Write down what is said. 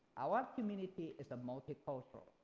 our community is a multi-cultural.